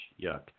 yuck